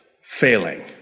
failing